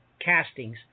castings